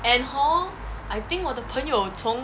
and hor I think 我的朋友从